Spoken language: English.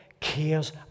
cares